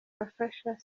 afasha